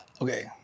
Okay